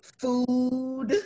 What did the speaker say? food